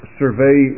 survey